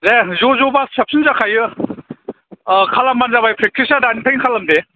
दे ज' ज' बा साबसिन जाखायो ओ खालामबानो जाबाय प्रेक्टिसा दानिफ्रायनो खालामदो